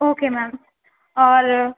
okay ma'am اور